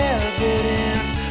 evidence